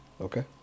Okay